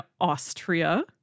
Austria